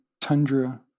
tundra